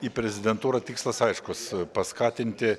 į prezidentūrą tikslas aiškus paskatinti